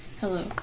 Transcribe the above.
Hello